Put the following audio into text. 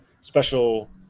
special